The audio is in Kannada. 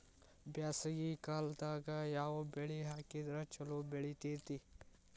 ಬ್ಯಾಸಗಿ ಕಾಲದಾಗ ಯಾವ ಬೆಳಿ ಹಾಕಿದ್ರ ಛಲೋ ಬೆಳಿತೇತಿ?